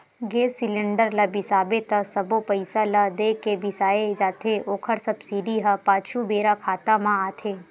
गेस cylinder ल बिसाबे त सबो पइसा ल दे के बिसाए जाथे ओखर सब्सिडी ह पाछू बेरा खाता म आथे